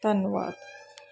ਧੰਨਵਾਦ